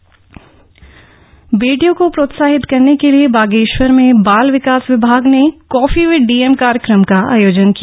coffee with DM बेटियों को प्रोत्साहित करने के लिए बागेश्वर में बाल विकास विभाग ने कॉफी विद डीएम कार्यक्रम का आयोजन किया